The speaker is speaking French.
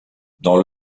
dans